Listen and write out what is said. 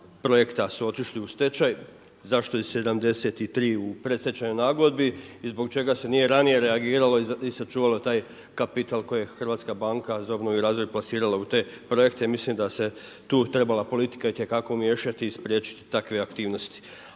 projekta su otišla u stečaj, zašto je 73 u predstečajnoj nagodbi i zbog čega se nije ranije reagiralo i sačuvalo taj kapital koji je HBOR plasirala u te projekte. Mislim da se tu trebala politika itekako umiješati i spriječiti takve aktivnosti.